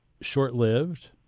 short-lived